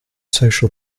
social